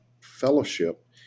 fellowship